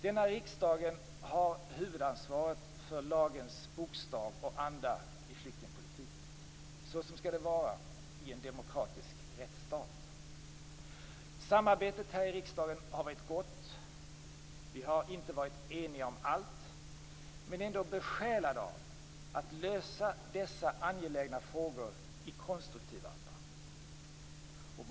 Denna riksdag har huvudansvaret för lagens bokstav och anda i flyktingpolitiken, så som det skall vara i en demokratisk rättsstat. Samarbetet här i riksdagen har varit gott. Vi har inte varit eniga om allt, men ändå besjälade av att lösa dessa angelägna frågor i konstruktiv anda.